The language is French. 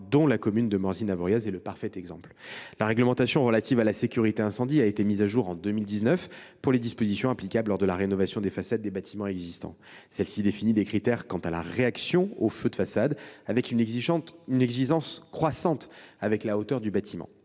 dont la commune de Morzine Avoriaz est le parfait exemple. La réglementation relative à la sécurité incendie a été mise à jour en 2019 pour ce qui concerne les dispositions applicables lors de la rénovation des façades des bâtiments existants. Celle ci définit des critères quant à la réaction aux feux de façades, avec une exigence croissante en fonction de la hauteur du bâtiment.